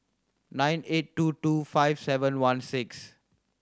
nine eight two two five seven one six